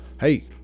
Hey